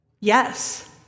Yes